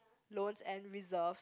loans and reserves